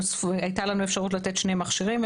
הייתה לנו אפשרות לתת שני מכשירים,